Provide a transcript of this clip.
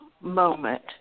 moment